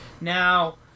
Now